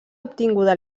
obtinguda